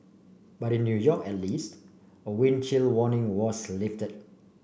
but in New York at least a wind chill warning was lifted